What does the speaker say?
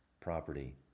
property